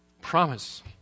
promise